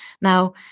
Now